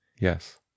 Yes